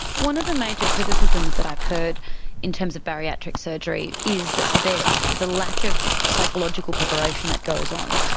one of the major criticisms that i've heard in terms of bariatric surgery is that there is a lack of psychological preparation that goes on.